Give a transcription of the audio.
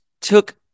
took